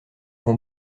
vont